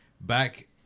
Back